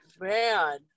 man